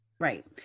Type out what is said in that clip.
Right